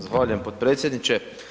Zahvaljujem potpredsjedniče.